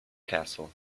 castle